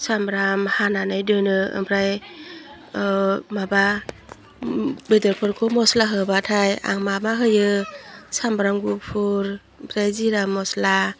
सामब्राम हानानै दोनो ओमफ्राय माबा बेदरफोरखौ मस्ला होबाथाय आं माबा होयो सामब्राम गुफुर ओमफ्राय जिरा मस्ला